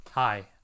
Hi